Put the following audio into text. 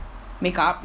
make-up